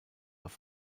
auf